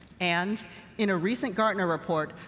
and in a recent gartner report,